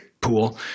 pool